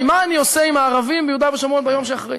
היא מה אני עושה עם הערבים ביהודה ושומרון ביום שאחרי.